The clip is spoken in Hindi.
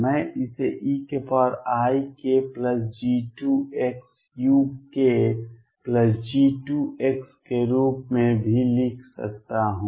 मैं इसे eikG2xukG2 के रूप में भी लिख सकता हूं